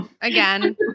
Again